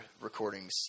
recordings